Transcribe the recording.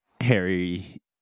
Harry